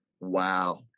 Wow